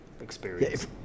experience